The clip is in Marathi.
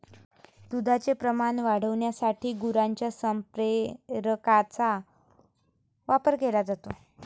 दुधाचे प्रमाण वाढविण्यासाठी गुरांच्या संप्रेरकांचा वापर केला जातो